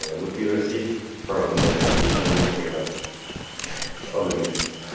would be received from the ministry of other ministries.